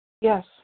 Yes